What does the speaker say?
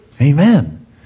Amen